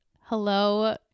Hello